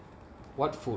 what food